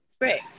right